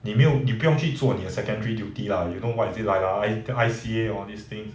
你没有你不用去做你的 secondary duty lah you know what is it like lah I I_C_A all these things